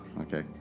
Okay